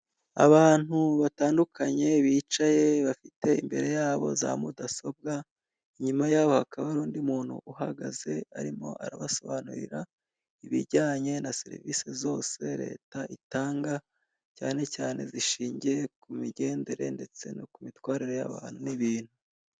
Abantu batandukanye bicaye bafite imbere yabo za mudasobwa, inyuma yabo hakaba hari undi muntu uhagaze, arimo arabasobanurira ibijyanye na serivise zose leta itanga, cyane cyane zishingiye kumigendere ndetse no kumitwarire y'abantu n'ibintu.